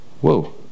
Whoa